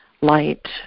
light